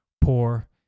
poor